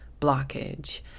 blockage